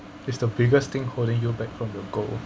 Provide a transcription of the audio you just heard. is the biggest thing holding you back from your goal